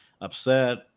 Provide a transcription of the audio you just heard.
upset